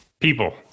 people